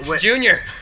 Junior